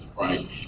right